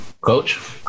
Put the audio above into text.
Coach